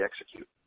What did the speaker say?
execute